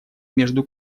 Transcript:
между